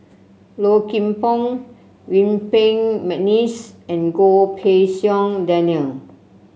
Low Kim Pong Yuen Peng McNeice and Goh Pei Siong Daniel